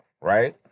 right